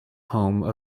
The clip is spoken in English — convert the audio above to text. home